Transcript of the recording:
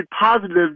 positive